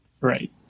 Right